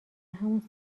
همون